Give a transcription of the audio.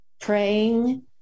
Praying